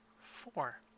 four